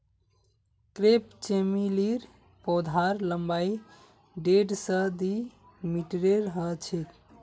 crepe चमेलीर पौधार लम्बाई डेढ़ स दी मीटरेर ह छेक